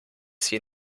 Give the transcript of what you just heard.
sie